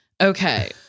Okay